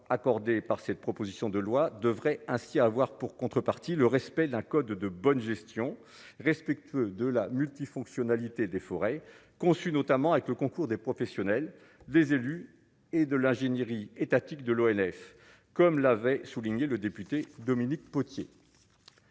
accordé par cette proposition de loi devrait ainsi avoir pour contrepartie le respect d'un code de bonne gestion, respectueux de la multifonctionnalité des forêts conçu notamment avec le concours des professionnels, des élus et de l'ingénierie étatique de l'ONF, comme l'avait souligné le député Dominique Potier.